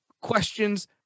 Questions